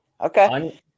Okay